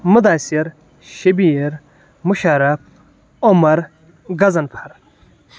Mudasir Shabir Musharaf Umar Ghazanfar